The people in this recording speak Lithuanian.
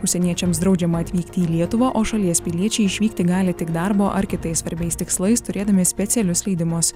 užsieniečiams draudžiama atvykti į lietuvą o šalies piliečiai išvykti gali tik darbo ar kitais svarbiais tikslais turėdami specialius leidimus